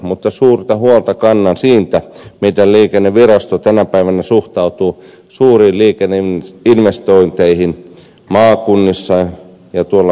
mutta suurta huolta kannan siitä miten liikennevirasto tänä päivänä suhtautuu suuriin liikenneinvestointeihin maakunnissa ja tuolla pohjois suomessa